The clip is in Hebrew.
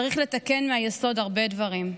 צריך לתקן מהיסוד הרבה דברים.